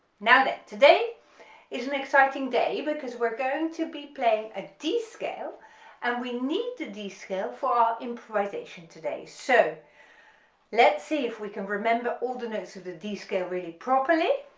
now then today is an exciting day because we're going to be playing a d scale and we need the d scale for our improvisation today so let's see if we can remember all the notes of the d scale really properly